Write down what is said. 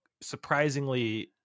surprisingly